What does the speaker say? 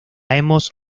hemos